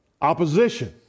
opposition